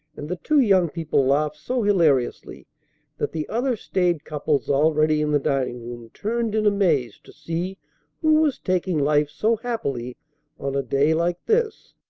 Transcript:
and the two young people laughed so hilariously that the other staid couples already in the dining-room turned in amaze to see who was taking life so happily on a day like this.